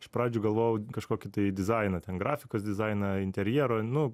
iš pradžių galvojau kažkokį tai dizainą ten grafikos dizainą interjero nu